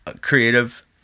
creative